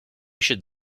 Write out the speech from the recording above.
should